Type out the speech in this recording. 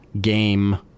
game